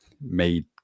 made